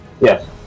Yes